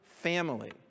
family